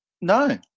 no